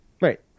Right